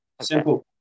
simple